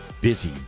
busy